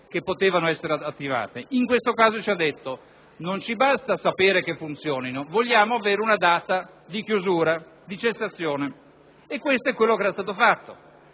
potuto essere attivate, in questo caso ci ha detto che non le basta sapere che funzionino, ma che vuole avere una data di chiusura, di cessazione, e questo è quello che era stato fatto;